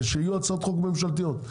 שיהיו הצעות חוק ממשלתיות,